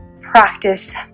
practice